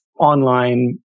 online